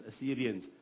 Assyrians